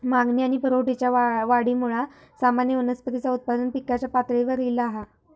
मागणी आणि पुरवठ्याच्या वाढीमुळा सामान्य वनस्पतींचा उत्पादन पिकाच्या पातळीवर ईला हा